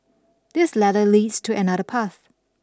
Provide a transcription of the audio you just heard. this ladder leads to another path